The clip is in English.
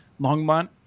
Longmont